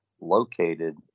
located